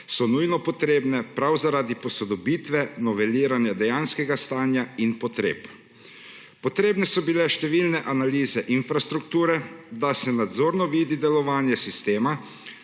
so nujno potrebno prav zaradi posodobitve noveliranja dejanskega stanja in potreb. Potrebne so bile številne analize infrastrukture, da se nadzorno vidi delovanje sistema,